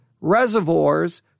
reservoirs